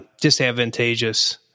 disadvantageous